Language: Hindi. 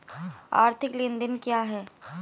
आर्थिक लेनदेन क्या है?